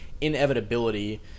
inevitability